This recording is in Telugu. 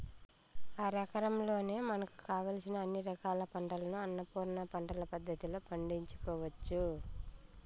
అరెకరంలోనే మనకు కావలసిన అన్ని రకాల పంటలను అన్నపూర్ణ పంటల పద్ధతిలో పండించుకోవచ్చు